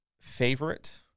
favorite